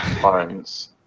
phones